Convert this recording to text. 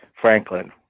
Franklin